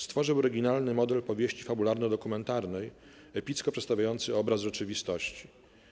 Stworzył oryginalny model powieści fabularno-dokumentalnej epicko przedstawiający obraz rzeczywistości.